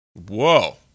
Whoa